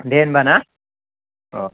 दे होमबा ना अह